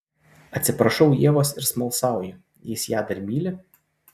atsiprašau ievos ir smalsauju jis ją dar myli